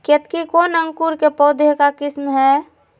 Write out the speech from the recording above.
केतकी कौन अंकुर के पौधे का किस्म है?